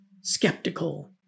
skeptical